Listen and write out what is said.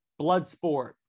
Bloodsport